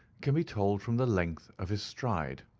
can be told from the length of his stride.